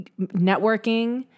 networking